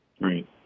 Right